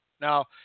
Now